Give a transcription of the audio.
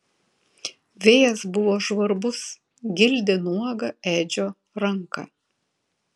vėjas buvo žvarbus gildė nuogą edžio ranką